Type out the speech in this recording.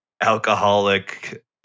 alcoholic